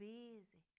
busy